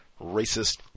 racist